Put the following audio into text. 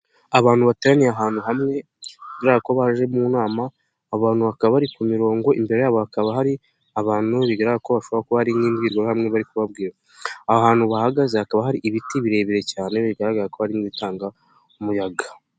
Abantu bateraniye ahantu hamwe kubera ko baje mu nama. Abantu bakaba bari kumirongo, imbere yabo hakaba hari abantu bigaragara ko hashobora kuba hari nk'imbwihamya bari kubabwira. Aho hantu bahagaze hakaba hari ibiti birebire cyane bigaragara ko ari ibitanga umuyaga.